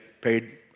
paid